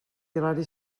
hilari